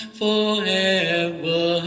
forever